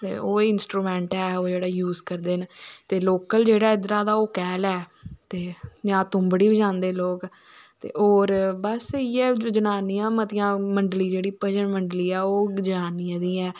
ते ओह् इंस्ट्रोमेंट ऐ ओह् जेहड़ा यूज करदे ना लोकल जेहड़ा इद्धरा दा ओह् कैह्ल ऐ ते जां तुबडी बजांदे लोक तो और बस इये है जनानियां मतियां मंडली जेहड़ी भजन मंडली ऐ ओह् जनानियें दी गै है